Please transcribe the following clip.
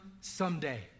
someday